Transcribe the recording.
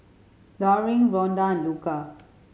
Loring Rhonda and Luca